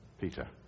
Peter